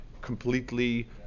completely